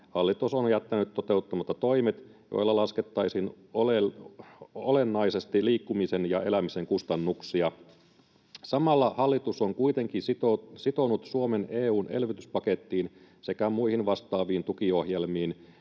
hallitus on jättänyt toteuttamatta toimet, joilla laskettaisiin olennaisesti liikkumisen ja elämisen kustannuksia. Samalla hallitus on kuitenkin sitonut Suomen EU:n elvytyspakettiin sekä muihin vastaaviin tukiohjelmiin,